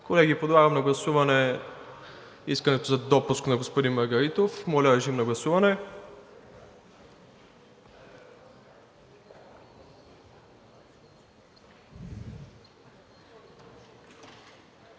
Колеги, подлагам на гласуване искането за допуск на господин Маргаритов. Гласували